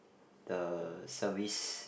the service